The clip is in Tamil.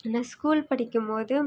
அதுமாதிரி ஸ்கூல் படிக்கும்போதும்